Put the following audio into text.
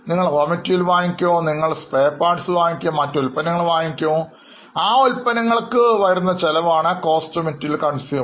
നിങ്ങൾ അസംസ്കൃതവസ്തുക്കൾ വാങ്ങും ചില സ്പെയർപാർട്സ് മറ്റു ചില ഉൽപ്പന്നങ്ങൾ എന്നിവ വാങ്ങും ഇപ്പോൾ ഈ എല്ലാ ഉൽപ്പന്നങ്ങൾക്കും വന്ന ചെലവാണ് Cost of material consumed എന്നു പറയുന്നത്